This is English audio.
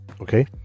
Okay